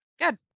Good